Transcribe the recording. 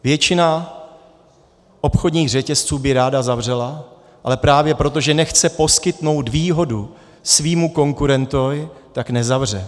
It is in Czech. Většina obchodních řetězců by ráda zavřela, ale právě proto, že nechce poskytnout výhodu svému konkurentovi, tak nezavře.